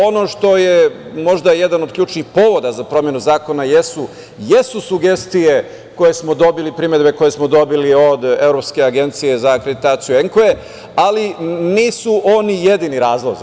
Ono što je možda jedan od ključnih povoda za promenu zakona jesu sugestije koje smo dobili, primedbe koje smo dobili od Evropske agencije za akreditaciju ENKUE, ali nisu oni jedini razlozi.